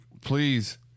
please